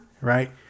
Right